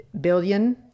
billion